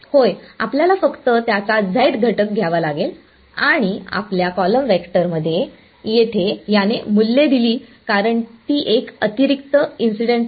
होय आपल्याला फक्त त्याचा z घटक घ्यावा लागेल आणि आपल्या कॉलम वेक्टरमध्ये येथे याने मूल्ये दिली कारण ती एक अतिरिक्त इन्सिडेंट